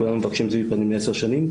כולם מבקשים זיהוי פנים לעשר שנים,